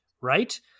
Right